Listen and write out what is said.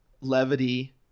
levity